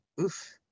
Oof